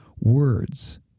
words